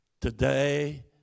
Today